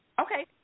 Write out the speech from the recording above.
Okay